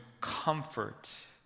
comfort